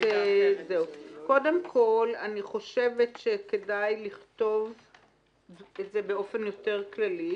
קודם כל אני חושבת שכדאי לכתוב את זה באופן יותר כללי,